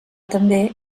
també